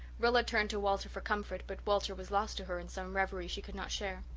rilla turned to walter for comfort but walter was lost to her in some reverie she could not share.